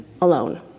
alone